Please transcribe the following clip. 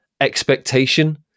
expectation